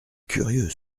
curieux